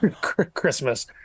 Christmas